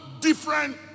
different